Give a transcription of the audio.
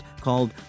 called